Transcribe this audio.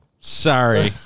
sorry